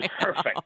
perfect